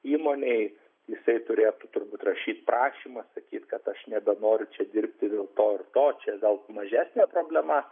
įmonėj jisai turėtų turbūt rašyt prašymą sakyt kad aš nebenoriu čia dirbti dėl to ir to čia gal mažesnė problema